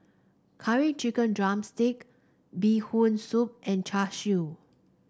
Curry Chicken drumstick Bee Hoon Soup and Char Siu